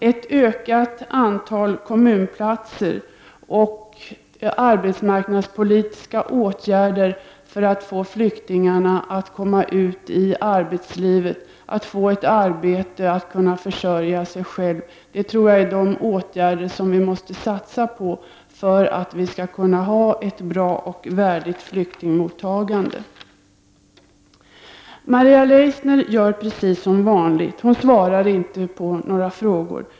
Ett ökat antal kommunplatser och arbetsmarknadspolitiska åtgärder för att få ut flyktingarna i arbetslivet, så att de kan försörja sig själva, tror jag är de åtgärder som vi främst måste satsa på för att kunna ha ett bra och värdigt flyktingmottagande. Maria Leissner gör precis som vanligt — hon svarar inte på några frågor.